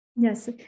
Yes